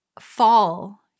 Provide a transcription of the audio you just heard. fall